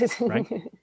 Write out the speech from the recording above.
right